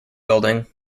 building